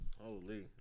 Holy